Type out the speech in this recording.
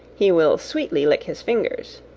he will sweetly lick his fingers.